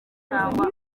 cyangwa